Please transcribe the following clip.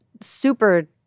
super